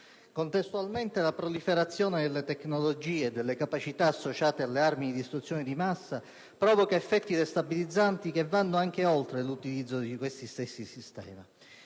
Contestualmente la proliferazione delle tecnologie e delle capacità associate alle armi di distruzione di massa provoca effetti destabilizzanti che vanno anche oltre l'utilizzo stesso di questi sistemi.